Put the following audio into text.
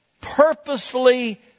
purposefully